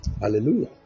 Hallelujah